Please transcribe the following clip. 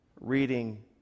reading